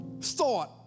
thought